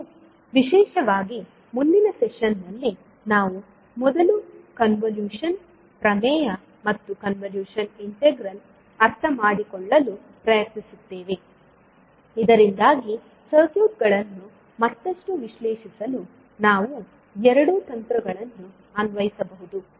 ಮತ್ತು ವಿಶೇಷವಾಗಿ ಮುಂದಿನ ಸೆಷನ್ ನಲ್ಲಿ ನಾವು ಮೊದಲು ಕನ್ವಲೂಶನ್ ಪ್ರಮೇಯ ಮತ್ತು ಕನ್ವಲೂಶನ್ ಇಂಟಿಗ್ರಲ್ ಅರ್ಥಮಾಡಿಕೊಳ್ಳಲು ಪ್ರಯತ್ನಿಸುತ್ತೇವೆ ಇದರಿಂದಾಗಿ ಸರ್ಕ್ಯೂಟ್ ಗಳನ್ನು ಮತ್ತಷ್ಟು ವಿಶ್ಲೇಷಿಸಲು ನಾವು ಎರಡೂ ತಂತ್ರಗಳನ್ನು ಅನ್ವಯಿಸಬಹುದು